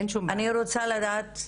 אני רוצה לדעת,